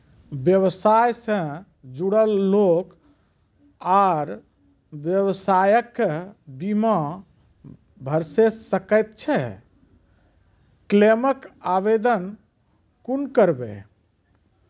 व्यवसाय सॅ जुड़ल लोक आर व्यवसायक बीमा भऽ सकैत छै? क्लेमक आवेदन कुना करवै?